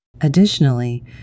Additionally